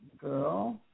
girl